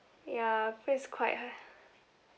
ya that's quite